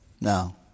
No